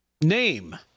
name